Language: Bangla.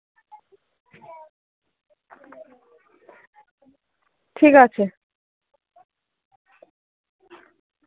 ঠিক আছে